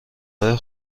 های